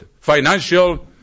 Financial